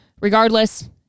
regardless